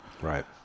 Right